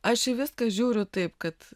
aš į viską žiūriu taip kad